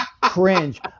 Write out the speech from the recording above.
cringe